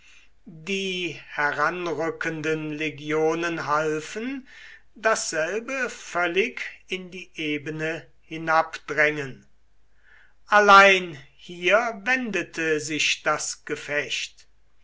die heranrückenden legionen halfen dasselbe völlig in die ebene hinabdrängen allein hier wendete sich das gefecht